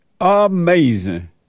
Amazing